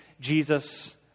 Jesus